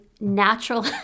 natural